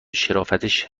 شرافتش